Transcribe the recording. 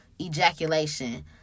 ejaculation